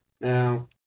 Now